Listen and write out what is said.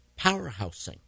powerhousing